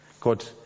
God